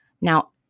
Now